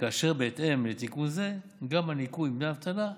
כאשר בהתאם לתיקון זה גם הניכוי מדמי האבטלה יופחת.